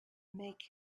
make